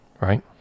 right